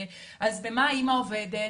אז במה אימא עובדת,